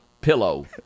pillow